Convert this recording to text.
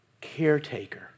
caretaker